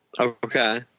Okay